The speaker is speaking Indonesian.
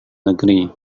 negeri